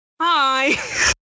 Hi